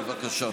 בבקשה.